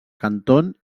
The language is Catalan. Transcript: canton